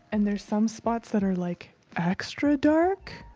and there's some spots that are like extra dark.